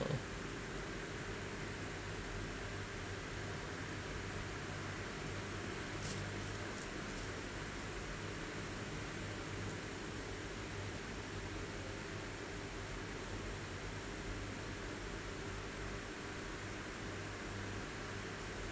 oh